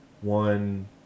one